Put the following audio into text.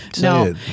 No